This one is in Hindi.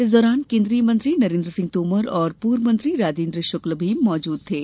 इस दौरान केन्द्रीय मंत्री नरेन्द्र सिंह तोमर और पूर्व मंत्री राजेन्द्र शुक्ल भी मौजूद थे